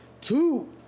two